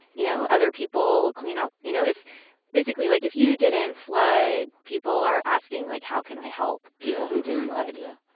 you know, other people clean up. you know, it's basically like, if you didn't flood, people are asking, like, how can i help people who did flood? yeah.